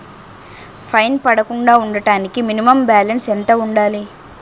Fine పడకుండా ఉండటానికి minimum balance ఎంత ఉండాలి?